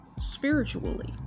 spiritually